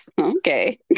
okay